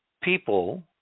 people